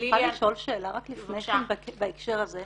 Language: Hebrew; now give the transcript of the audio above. אני יכולה לשאול שאלה רק לפני כן בהקשר הזה?